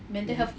mmhmm